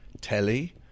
telly